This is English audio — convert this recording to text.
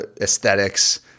aesthetics